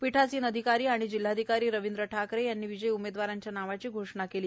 पीठासीन अधिकारी तथा जिल्हाधिकारी रवींद्र ठाकरे यांनी विजयी उमेदवारांच्या नावांची घोषणा केली